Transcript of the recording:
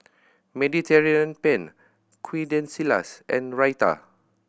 Mediterranean Penne Quesadillas and Raita